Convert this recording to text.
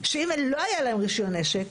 שאם לא היה להם רישיון נשק,